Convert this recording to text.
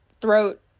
throat